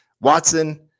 Watson